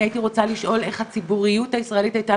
אני הייתי רוצה לשאול איך הציבוריות הישראלית הייתה